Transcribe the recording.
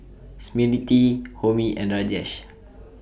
Smriti Homi and Rajesh